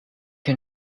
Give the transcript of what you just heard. can